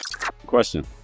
Question